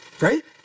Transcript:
Right